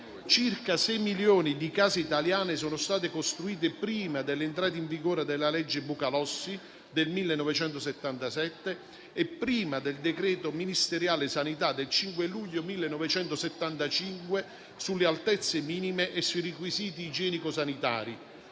Circa 6 milioni di case italiane sono state costruite prima dell'entrata in vigore della legge Bucalossi del 1977 e prima del decreto ministeriale sanità del 5 luglio 1975 sulle altezze minime e sui requisiti igienico-sanitari.